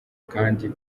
kandi